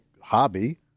hobby